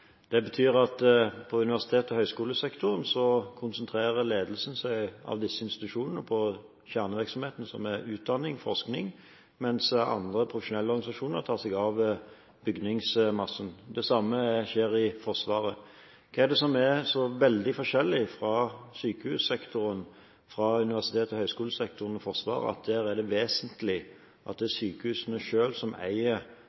Det betyr at i universitet- og høyskolesektoren konsentrerer ledelsen av disse institusjonene seg om kjernevirksomheten, som er utdanning og forskning, mens andre profesjonelle organisasjoner tar seg av bygningsmassen. Det samme skjer i Forsvaret. Hva er det som er så veldig forskjellig i sykehussektoren, sammenlignet med universitet- og høyskolesektoren og Forsvaret, at det der er vesentlig at det